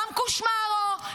גם קושמרו,